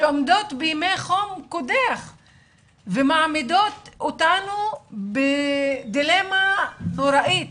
שעומדים בימי חום ומעמידים אותנו בדילמה נוראית,